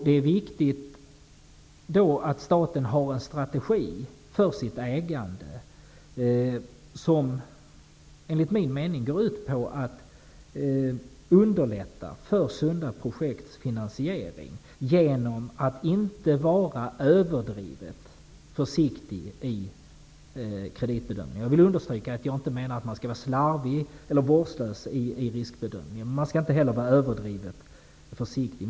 Det är viktigt att staten då har en strategi för sitt ägande som går ut på att underlätta finansieringen för sunda projekt genom att inte vara överdrivet försiktig i kreditbedömningen. Jag vill understryka att jag inte menar att man skall vara slarvig eller vårdslös i riskbedömningen, men man skall inte heller vara överdrivet försiktig.